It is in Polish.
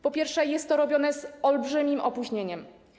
Po pierwsze, jest to robione z olbrzymim opóźnieniem.